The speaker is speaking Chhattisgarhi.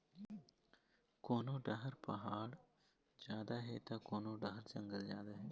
कोनो डहर पहाड़ जादा हे त कोनो डहर जंगल जादा हे